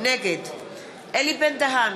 נגד אלי בן-דהן,